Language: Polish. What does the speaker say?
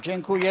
Dziękuję.